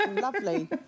Lovely